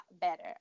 better